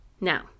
Now